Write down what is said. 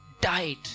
died